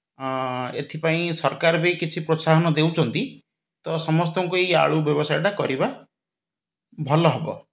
ଏଥିପାଇଁ ସରକାର ବି କିଛି ପ୍ରୋତ୍ସାହନ ଦେଉଛନ୍ତି ତ ସମସ୍ତଙ୍କୁ ଏହି ଆଳୁ ବ୍ୟବସାୟଟା କରିବା ଭଲ ହେବ